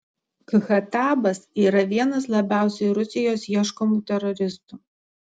khatabas yra vienas labiausiai rusijos ieškomų teroristų